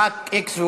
חבר הכנסת x,